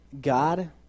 God